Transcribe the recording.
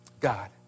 God